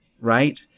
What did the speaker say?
right